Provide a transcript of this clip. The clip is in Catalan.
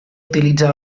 utilitza